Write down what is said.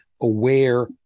aware